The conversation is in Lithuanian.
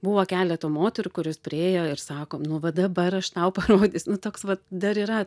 buvo keleta moterų kurios priėjo ir sako nu va dabar aš tau parodys nu toks vat dar yra